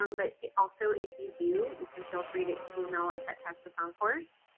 um but also if you do, you can feel free to email us at texas oncourse,